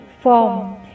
form